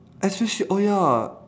especially oh ya